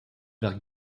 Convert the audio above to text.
vers